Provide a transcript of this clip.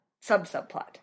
Sub-subplot